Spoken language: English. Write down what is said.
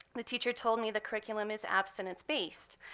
the teacher told me the curriculum is abstinence based.